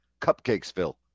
Cupcakesville